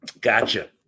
Gotcha